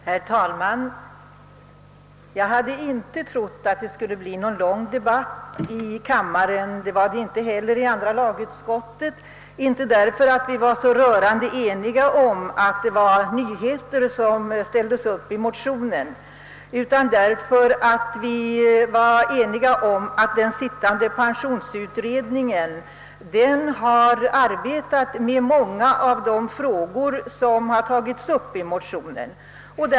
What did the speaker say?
Herr talman! Jag hade inte trott att det skulle bli någon lång debatt i kammaren om denna fråga; motionen föranledde inte någon lång debatt vid behandlingen i andra lagutskottet, inte därför att vi var så rörande eniga om att vad som föreslogs i motionen var nyheter, utan därför att vi var ense om att den arbetande pensionsförsäkringskommittén redan tagit upp många av de frågor som berörs i motionen.